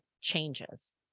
changes